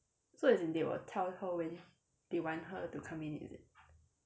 so as in they will tell her when they want her to come in is it